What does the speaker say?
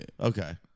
Okay